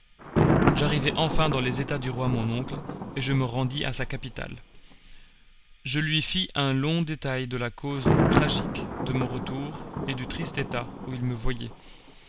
j'arrivai enfin dans les états du roi mon oncle et je me rendis à sa capitale je lui fis un long détail de la cause tragique de mon retour et du triste état où il me voyait